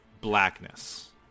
blackness